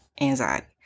anxiety